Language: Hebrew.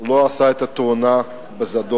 לא עשה את התאונה בזדון.